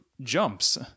jumps